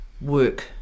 work